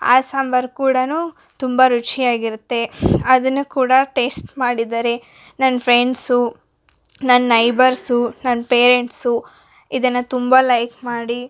ಆ ಸಾಂಬಾರು ಕೂಡಾನು ತುಂಬಾ ರುಚಿಯಾಗಿರುತ್ತೆ ಅದನ್ನು ಕೂಡ ಟೇಸ್ಟ್ ಮಾಡಿದ್ದಾರೆ ನನ್ನ ಫ್ರೆಂಡ್ಸು ನನ್ನ ನೈಬರ್ಸು ನನ್ನ ಪೇರೆಂಟ್ಸು ಇದನ್ನ ತುಂಬಾ ಲೈಕ್ ಮಾಡಿ